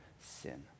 sin